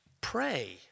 pray